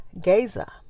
Gaza